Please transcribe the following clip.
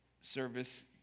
service